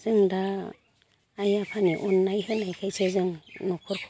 जों दा आइ आफानि अननाय होनायखायसो जों न'खरखौ